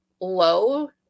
low